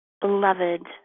beloved